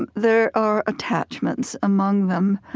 and there are attachments among them.